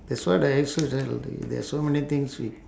that's what I also tend to think there's so many things we